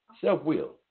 Self-will